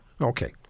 Okay